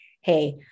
Hey